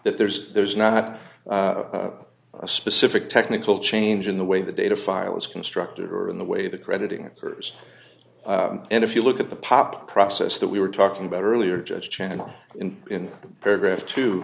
that there's there's not a specific technical change in the way the data file is constructive or in the way the crediting answers and if you look at the pop process that we were talking about earlier judge channel in in paragraph t